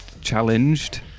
challenged